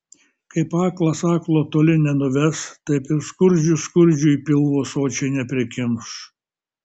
kaip aklas aklo toli nenuves taip ir skurdžius skurdžiui pilvo sočiai neprikimš